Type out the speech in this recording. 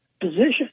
position